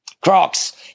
Crocs